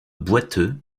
boiteux